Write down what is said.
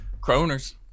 Kroners